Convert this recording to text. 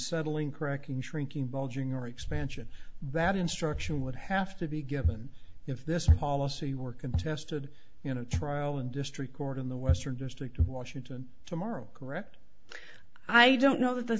settling cracking shrinking bulging or expansion that instruction would have to be given if this policy were contested in a trial in district court in the western district of washington tomorrow correct i don't know th